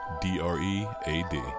d-r-e-a-d